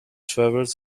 travels